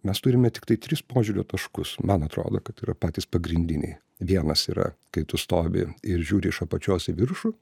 mes turime tiktai tris požiūrio taškus man atrodo kad tai yra patys pagrindiniai vienas yra kai tu stovi ir žiūri iš apačios į viršų